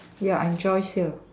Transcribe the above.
ya I'm Joyce here